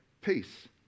peace